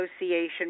Association